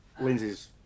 Lindsay's